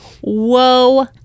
Whoa